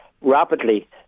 rapidly